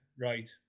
right